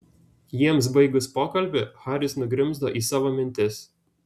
jiems baigus pokalbį haris nugrimzdo į savo mintis